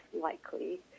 likely